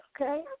okay